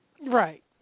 Right